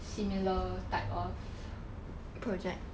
similar type of